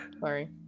Sorry